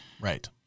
Right